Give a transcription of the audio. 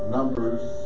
Numbers